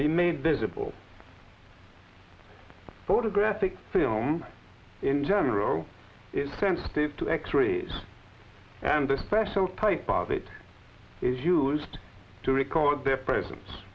be made visible photographic film in general is sensitive to x rays and a special type of it is used to record their presence